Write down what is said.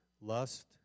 lust